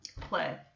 play